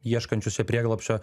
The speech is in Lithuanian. ieškančius čia prieglobsčio